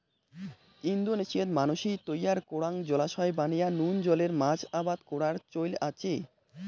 ইন্দোনেশিয়াত মানষির তৈয়ার করাং জলাশয় বানেয়া নুন জলের মাছ আবাদ করার চৈল আচে